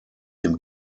dem